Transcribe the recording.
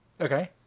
Okay